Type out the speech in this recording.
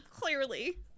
Clearly